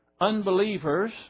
unbelievers